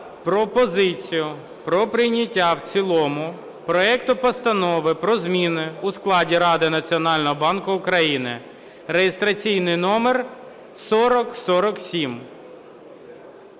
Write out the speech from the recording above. пропозицію про прийняття в цілому проекту Постанови про зміни у складі Ради Національного банку України (реєстраційний номер 4047).